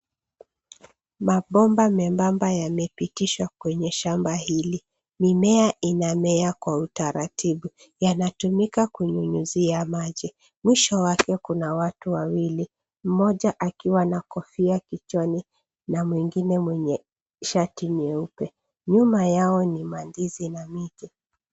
Mabomba mebamba yamepitishwa kwenye shamba hili. Mimea inamea kwa utaratibu. Yanatumika kunyunyizia maji. Mwisho wake kuna watu wawili, mmoja akiwa na kofia kichwani na mwingine mwenye shati nyeupe. Nyuma yao ni mandizi na miti.